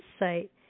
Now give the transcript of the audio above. insight